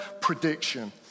prediction